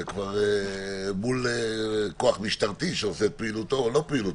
זה כבר מול כוח משטרתי שעושה את פעילותו או לא עושה את פעילותו.